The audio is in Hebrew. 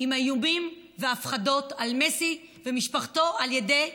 עם האיומים וההפחדות על מסי ומשפחתו על ידי הטרור.